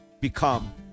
become